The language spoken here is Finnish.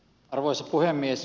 arvoisa puhemies